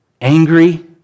angry